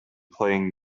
playing